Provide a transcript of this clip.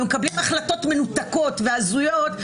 ומקבלים החלטות מנותקות והזויות,